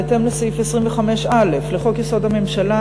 בהתאם לסעיף 25(א) לחוק-יסוד: הממשלה,